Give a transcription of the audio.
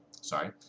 Sorry